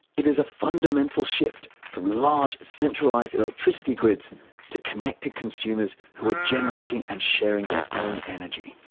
it is a fundamental shift from large centralised electricity grids to connected consumers who are generating and sharing their own energy.